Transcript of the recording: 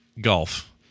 golf